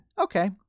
Okay